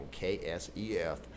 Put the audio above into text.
KSEF